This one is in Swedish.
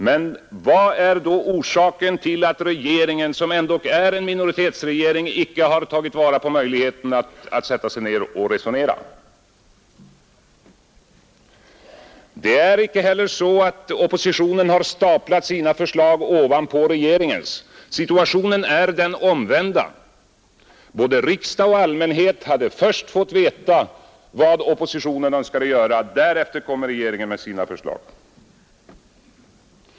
Men vad är orsaken till att regeringen, som ändå är en minoritetsregering, inte har tagit vara på möjligheterna att sätta sig ned och resonera? Det är inte heller så att oppositionen har staplat sina förslag ovanpå regeringens. Situationen är den omvända. Både riksdagen och allmänheten har först fått veta vad oppositionen önskade göra; därefter kom regeringen med sina förslag.